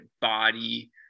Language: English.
body